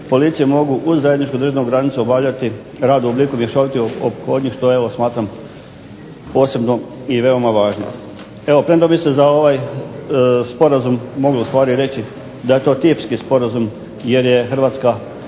policije mogu uz zajedničku državnu granicu obavljati rad u obliku mješovitih ophodnji što smatram posebno i veoma važno. Premda bi se za ovaj sporazum moglo ustvari reći da je to tipski sporazum jer je Hrvatska